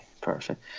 perfect